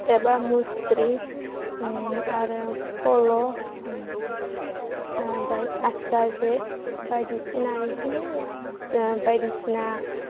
एबा मुस्रि आरो फल' ओमफ्राय आस्रा जे बायदिसिना बिदिनो बायदिसिना